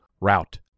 route